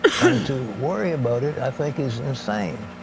and to worry about it, i think is insane.